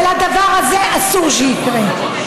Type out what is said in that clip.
הדבר הזה אסור שיקרה.